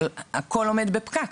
אבל הכל עומד בפקק,